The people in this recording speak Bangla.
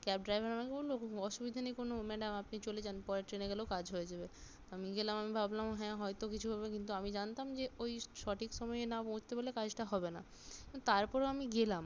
ক্যাব ড্রাইভার আমাকে বললো অসুবিধে নেই কোনো ম্যাডাম আপনি চলে যান পরের ট্রেনে গেলেও কাজ হয়ে যাবে আমি গেলাম আমি ভাবলাম হ্যাঁ হয়তো কিছু হবে কিন্তু আমি জানতাম যে ওই সঠিক সময়ে না পৌঁছোতে পারলে কাজটা হবে না তারপরও আমি গেলাম